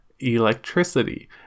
electricity